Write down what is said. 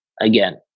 Again